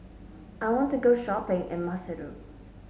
I want to go shopping in Maseru